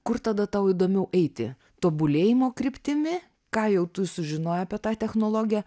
kur tada tau įdomiau eiti tobulėjimo kryptimi ką jau tu sužinojai apie tą technologiją